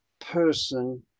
person